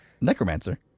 necromancer